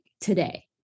today